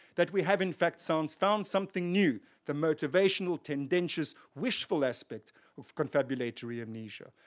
that we have in fact so and found something new the motivational, tendentious, wishful aspect of confabulatory amnesia.